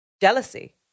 Jealousy